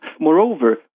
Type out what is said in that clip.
Moreover